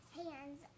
hands